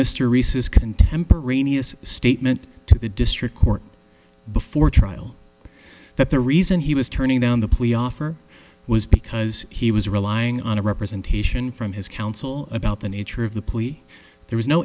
rhys's contemporaneous statement to the district court before trial that the reason he was turning down the plea offer was because he was relying on a representation from his counsel about the nature of the police there was no